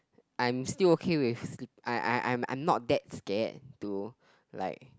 I'm still okay with sleep I I I'm not that scared to like